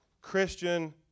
Christian